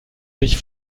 sich